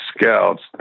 scouts